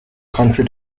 country